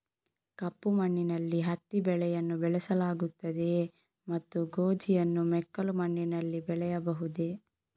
ಕಪ್ಪು ಮಣ್ಣಿನಲ್ಲಿ ಹತ್ತಿ ಬೆಳೆಯನ್ನು ಬೆಳೆಸಲಾಗುತ್ತದೆಯೇ ಮತ್ತು ಗೋಧಿಯನ್ನು ಮೆಕ್ಕಲು ಮಣ್ಣಿನಲ್ಲಿ ಬೆಳೆಯಬಹುದೇ?